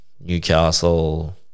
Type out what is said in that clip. Newcastle